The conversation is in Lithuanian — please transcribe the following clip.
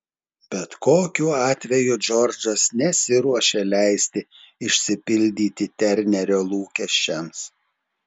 bet kokiu atveju džordžas nesiruošė leisti išsipildyti ternerio lūkesčiams